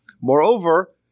Moreover